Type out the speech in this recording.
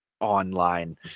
online